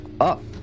Up